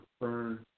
burn